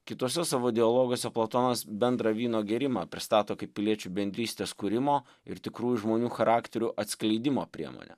kituose savo dialoguose platonas bendrą vyno gėrimą pristato kaip piliečių bendrystės kūrimo ir tikrųjų žmonių charakterių atskleidimo priemonę